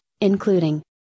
including